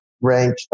rank